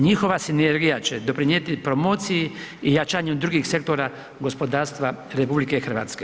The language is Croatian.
Njihova sinergija će doprinijeti promociji i jačanju drugih sektora gospodarstva RH.